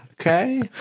Okay